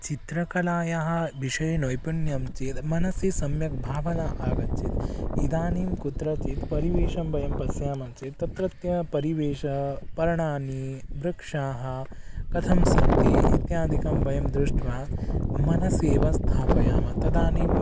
चित्रकलायाः विषये नैपुण्यं चेद् मनसि सम्यक् भावना आगच्छेद् इदानीं कुत्रचित् परिवेशं वयं पश्यामः चेत् तत्रत्य परिवेशः पर्णानि वृक्षाः कथं सन्ति इत्यादिकं वयं दृष्ट्वा मनसि एव स्थापयामः तदानीं